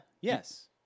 Yes